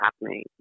happening